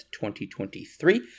2023